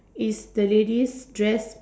is the lady's dress